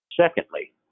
Secondly